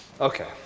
Okay